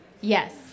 Yes